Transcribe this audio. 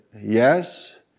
Yes